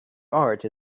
art